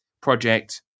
project